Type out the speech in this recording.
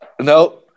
No